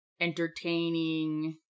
entertaining